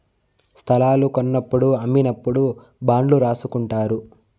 స్తలాలు కొన్నప్పుడు అమ్మినప్పుడు బాండ్లు రాసుకుంటారు